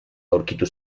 aurkitu